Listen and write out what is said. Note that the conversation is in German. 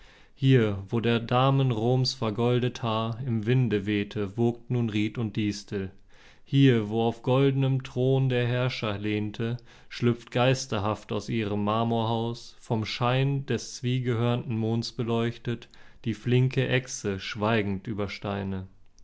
hier wo der damen roms vergoldet haar im winde wehte wogt nun ried und distel hier wo auf goldnem thron der herrscher lehnte schlüpft geisterhaft aus ihrem marmorhaus vom schein des zwiegehörnten monds beleuchtet die flinke echse schweigend über steine